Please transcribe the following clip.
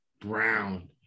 Brown